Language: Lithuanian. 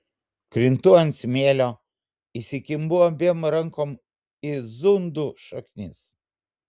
krintu ant smėlio įsikimbu abiem rankom į zundų šaknis